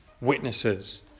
witnesses